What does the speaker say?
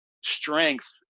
strength